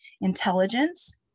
intelligence